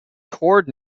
toured